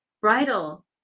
bridal